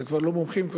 זה כבר לא מומחים,